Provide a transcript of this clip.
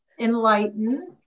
enlighten